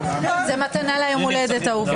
זו מתנה ליום הולדת, אהובה.